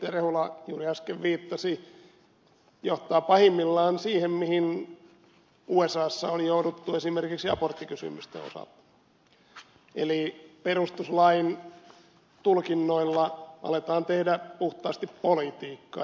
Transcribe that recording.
rehula juuri äsken viittasi johtaa pahimmillaan siihen mihin usassa on jouduttu esimerkiksi aborttikysymysten osalta eli perustuslain tulkinnoilla aletaan tehdä puhtaasti politiikkaa